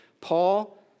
Paul